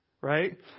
right